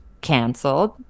canceled